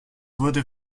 wurde